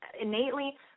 innately –